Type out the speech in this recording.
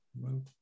move